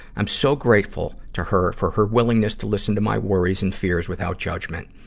i'm so grateful to her for her willingness to listen to my worries and fears without judgment.